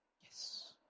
Yes